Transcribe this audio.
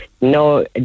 No